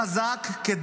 זה הצ'אט.